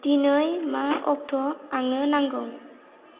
दिनै मा अक्ट' आंनो नांगौ